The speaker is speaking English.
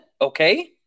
Okay